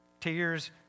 tears